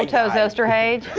haha zester hate